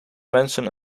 mensen